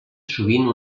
sovint